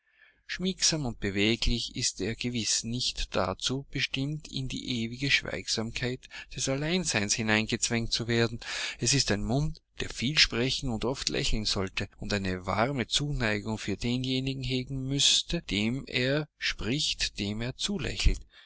schmiegsam und beweglich ist er gewiß nicht dazu bestimmt in die ewige schweigsamkeit des alleinseins hineingezwängt zu werden es ist ein mund der viel sprechen und oft lächeln sollte und eine warme zuneigung für denjenigen hegen müßte mit dem er spricht dem er zulächelt